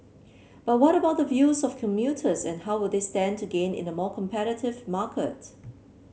but what about the views of commuters and how will they stand to gain in a more competitive market